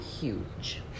huge